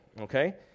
Okay